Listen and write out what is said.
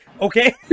Okay